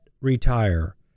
Retire